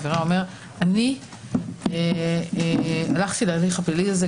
העבירה אומר: הלכתי להליך הפלילי הזה,